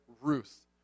Ruth